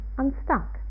unstuck